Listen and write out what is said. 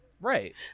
Right